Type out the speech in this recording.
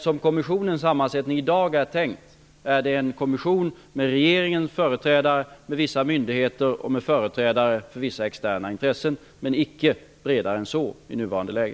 Som det är tänkt i dag är det en kommission med regeringens företrädare, med vissa myndigheter och med företrädare för vissa externa intressen -- icke bredare än så i nuvarande läge.